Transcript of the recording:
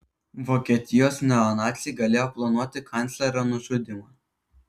vokietijos neonaciai galėjo planuoti kanclerio nužudymą